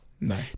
No